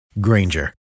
Granger